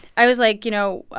i was like, you know,